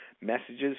messages